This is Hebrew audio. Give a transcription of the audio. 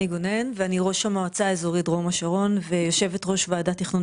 ראש המועצה האזורית דרום השרון ויושבת ראש ועדת תכנון